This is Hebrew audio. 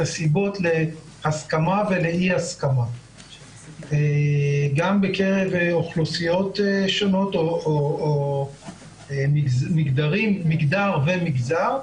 הסיבות להסכמה ולאי-הסכמה בקרב אוכלוסיות שונות מגדר ומגזר.